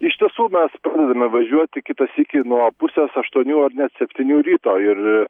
iš tiesų mes pradedame važiuoti kitą sykį nuo pusės aštuonių ar net septynių ryto ir